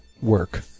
work